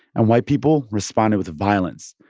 and white people responded with violence.